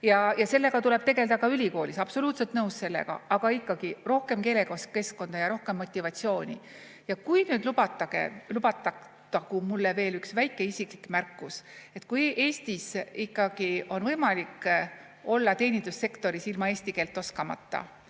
Ja sellega tuleb tegelda ka ülikoolis, absoluutselt nõus sellega. Aga ikkagi, rohkem keelekeskkonda ja rohkem motivatsiooni. Ja lubatagu mulle veel üks väike isiklik märkus: kui Eestis ikkagi on võimalik olla teenindussektoris ilma eesti keelt oskamata,